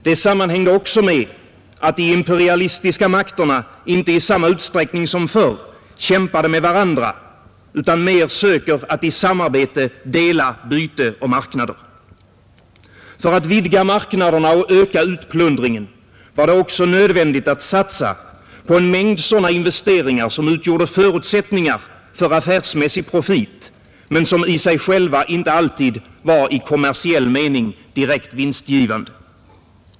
Detta sammanhängde också med att de imperialistiska makterna inte i samma utsträckning som förr kämpar med varandra utan mer söker att i samarbete dela byte och marknader. För att vidga marknaderna och öka utplundringen var det också nödvändigt att satsa på en mängd sådana investeringar som utgjorde förutsättningar för affärsmässig profit, men som i sig själva inte alltid var i kommersiell mening direkt vinstgivande.